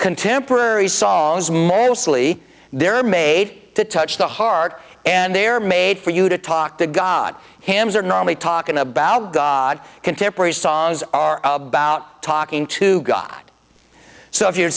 contemporary songs mostly they're made to touch the heart and they're made for you to talk to god him they're not only talking about god contemporary songs are about talking to god so if you